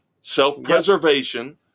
Self-preservation